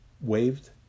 waved